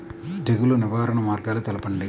తెగులు నివారణ మార్గాలు తెలపండి?